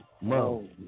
Mo